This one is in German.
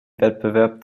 wettbewerb